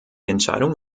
entscheidung